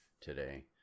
today